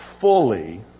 fully